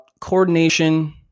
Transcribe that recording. coordination